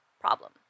problem